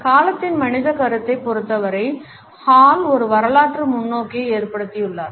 காலத்தின் மனித கருத்தைப் பொருத்தவரை ஹால் ஒரு வரலாற்று முன்னோக்கை எடுத்துள்ளார்